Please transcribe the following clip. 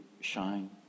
shine